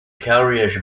carriage